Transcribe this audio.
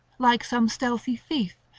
like some stealthy thief,